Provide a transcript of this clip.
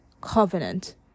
covenant